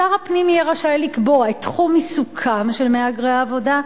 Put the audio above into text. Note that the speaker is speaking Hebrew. שר הפנים יהיה רשאי לקבוע את תחום עיסוקם של מהגרי עבודה.